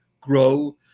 grow